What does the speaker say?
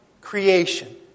creation